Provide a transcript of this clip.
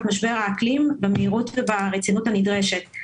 משבר האקלים במהירות וברצינות הנדרשת,